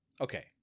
okay